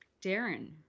Darren